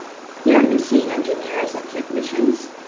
here you'll see engineers and technicians.